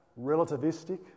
relativistic